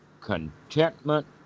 contentment